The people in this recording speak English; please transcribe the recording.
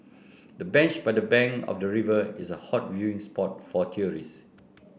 the bench by the bank of the river is a hot viewing spot for tourists